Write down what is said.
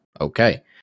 Okay